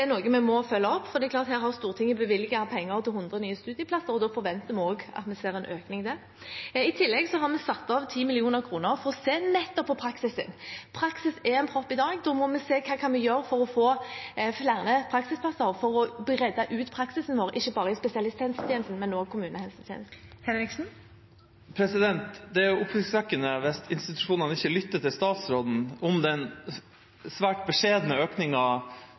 noe vi må følge opp, for det er klart at her har Stortinget bevilget penger til 100 nye studieplasser, og da forventer vi også at vi ser en økning der. I tillegg har vi satt av 10 mill. kr for å se nettopp på praksisen. Praksis er en propp i dag. Da må vi se hva vi kan gjøre for å få flere praksisplasser og for å bredde ut praksisen vår, ikke bare i spesialisthelsetjenesten, men også i kommunehelsetjenesten. Det er oppsiktsvekkende hvis institusjonene ikke lytter til statsråden om den svært beskjedne